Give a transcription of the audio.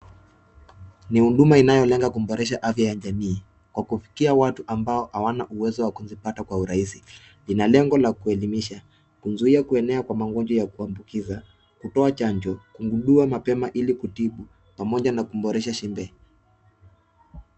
Ni huduma inayolenga kuboresha afya ya jamii kwa kufikia watu ambao hawana uwezo wa kuzipata kwa urahisi. Ina lengo la kuelimisha, kuzuia kuenea kwa magonjwa ya kuambuzika. Kutoa chanjo, kugundua mapema ili kutibu pamoja na kuboresha shibe.